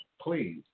please